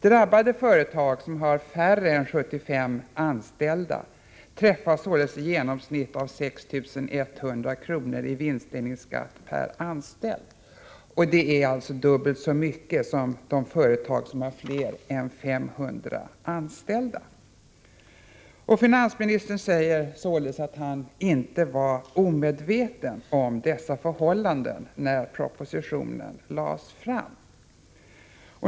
Drabbade företag som har färre än 75 anställda träffas i genomsnitt av 6 100 kr. i vinstdelningsskatt per anställd, dvs. ungefär dubbelt så mycket som de företag som har fler än 500 anställda. Finansministern säger att han inte var omedveten om dessa förhållanden när propositionen lades fram.